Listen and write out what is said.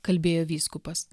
kalbėjo vyskupas